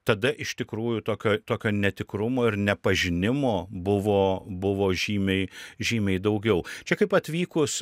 tada iš tikrųjų tokio tokio netikrumo ir nepažinimo buvo buvo žymiai žymiai daugiau čia kaip atvykus